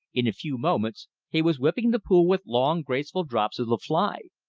in a few moments he was whipping the pool with long, graceful drops of the fly.